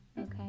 Okay